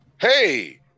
Hey